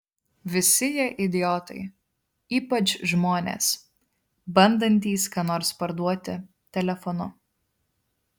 visi jie idiotai ypač žmonės bandantys ką nors parduoti telefonu